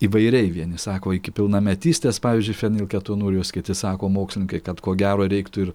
įvairiai vieni sako iki pilnametystės pavyzdžiui fenilketonurijos kiti sako mokslininkai kad ko gero reiktų ir